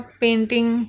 painting